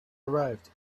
arrived